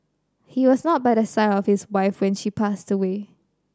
he was not by the side of his wife when she passed away